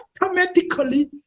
automatically